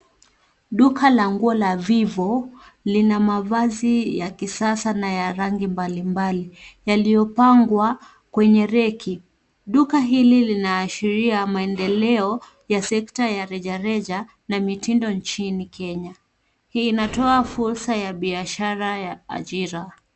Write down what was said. Duka la nguo la Vivo lina mavazi ya kisasa na ya rangi mbali mbali yaliyopangwa kwenye reki. Duka hili linaashiria maendeleo ya sekta ya rejareja na mitindo nchini Kenya. Inatoa fursa ya biashara ya ajira